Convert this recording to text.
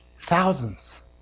thousands